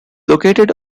located